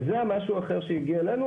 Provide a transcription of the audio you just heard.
וזה המשהו האחר שהגיע אלינו.